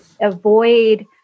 avoid